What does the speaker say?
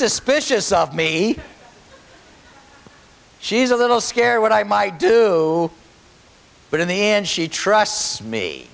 suspicious of me she's a little scared what i do but in the end she trusts me